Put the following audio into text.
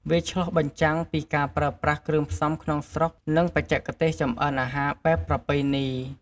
វាឆ្លុះបញ្ចាំងពីការប្រើប្រាស់គ្រឿងផ្សំក្នុងស្រុក និងបច្ចេកទេសចម្អិនអាហារបែបប្រពៃណី។